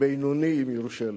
בינוני אם יורשה לי,